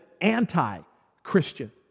anti-Christian